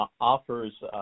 offers